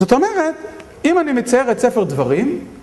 זאת אומרת, אם אני מצייר את ספר דברים